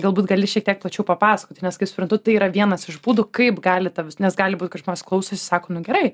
galbūt gali šiek tiek plačiau papasakoti nes kaip suprantu tai yra vienas iš būdų kaip gali ta nes gali būt kad žmonės klausosi sako nu gerai